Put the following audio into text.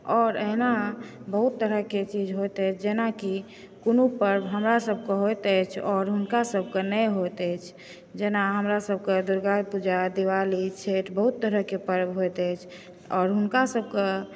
आओर अहिना बहुत तरहके चीज होइत अछि जेनाकि कोनो पर्व हमरा सभकए होइत अछि आओर हुनका सभकए नहि होइत अछि जेना हमरा सभके दुर्गापूजा दिवाली छठि बहुत तरहके पर्व होइत अछि आओर हुनका सभकए